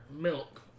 milk